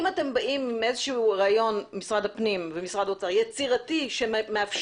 אם אתם באים עם רעיון משרדי הפנים והאוצר - יצירתי שמאפשר